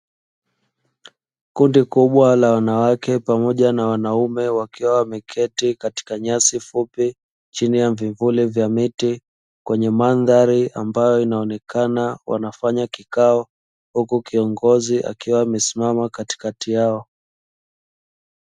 Kundi kubwa la wanawake pamoja na wanaume wakiwa wameketi katika nyasi fupi, chini ya vivuli vya miti kwenye mandhari ambayo inaonekana wanafanya kikao, huku kiongozi akiwa amesimama katikati yao.